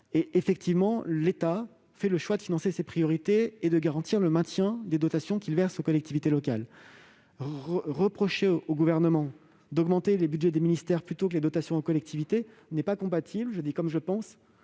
Effectivement, l'État fait le choix de financer ses priorités et de garantir le maintien des dotations qu'il verse aux collectivités locales. Reprocher au Gouvernement d'augmenter les crédits des ministères plutôt que les dotations aux collectivités n'est pas compatible- je le dis comme je le pense